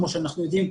כמו שאנחנו יודעים,